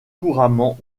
couramment